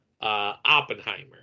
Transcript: Oppenheimer